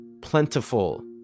plentiful